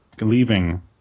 leaving